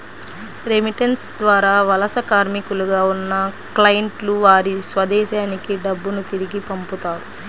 remittance ద్వారా వలస కార్మికులుగా ఉన్న క్లయింట్లు వారి స్వదేశానికి డబ్బును తిరిగి పంపుతారు